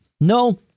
no